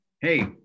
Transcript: hey